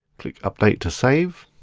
click update to save.